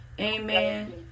Amen